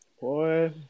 Boy